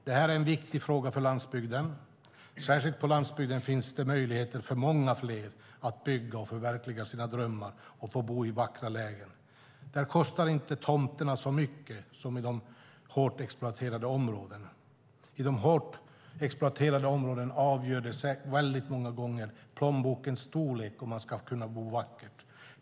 Detta är en viktig fråga för landsbygden. Särskilt på landsbygden finns det möjlighet för många fler att bygga och förverkliga sina drömmar om att få bo i vackra lägen. Där kostar inte tomterna lika mycket som i de hårt exploaterade områdena. I de hårt exploaterade områdena avgör väldigt många gånger plånbokens storlek om man ska kunna bo vackert.